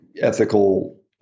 ethical